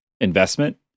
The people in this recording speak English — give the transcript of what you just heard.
investment